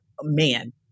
man